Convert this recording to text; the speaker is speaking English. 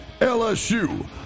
LSU